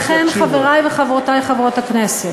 לכן, חברי וחברותי חברות הכנסת,